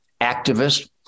activist